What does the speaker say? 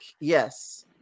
yes